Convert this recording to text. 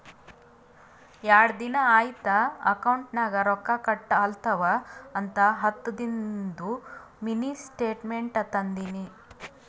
ಯಾಡ್ ದಿನಾ ಐಯ್ತ್ ಅಕೌಂಟ್ ನಾಗ್ ರೊಕ್ಕಾ ಕಟ್ ಆಲತವ್ ಅಂತ ಹತ್ತದಿಂದು ಮಿನಿ ಸ್ಟೇಟ್ಮೆಂಟ್ ತಂದಿನಿ